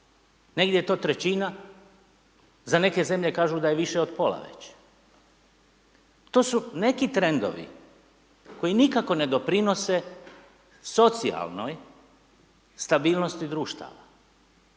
Negdje je to trećina, za neke zemlje kažu da je više od pola već. To su neki trendovi koji nikako ne doprinose socijalnoj stabilnosti društava.